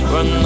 Run